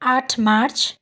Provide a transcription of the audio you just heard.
आठ मार्च